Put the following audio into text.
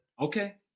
Okay